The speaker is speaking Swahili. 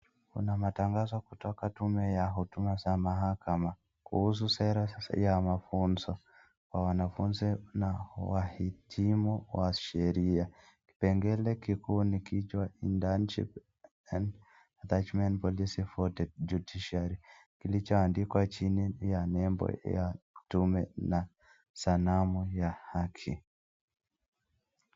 Kuna matangazo kutoka tume ya huduma za mahakama kuhusu sera za ya mafunzo kwa wanafunzi na wahitimu wa sheria. Kipengele kikuu ni kichwa Internship and attachment bodies for the duty sharing kilichoandikwa chini ya nembo ya tume na sanamu ya haki.